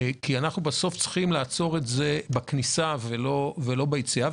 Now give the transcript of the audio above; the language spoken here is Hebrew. בסוף אנחנו צריכים לעצור את זה בכניסה ולא ביציאה.